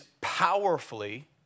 powerfully